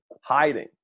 hiding